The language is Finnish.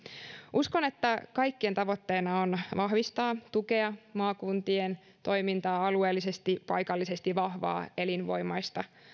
uskon että kaikkien tavoitteena on vahvistaa ja tukea maakuntien toimintaa alueellisesti paikallisesti vahvaa elinvoimaista ja